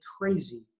crazy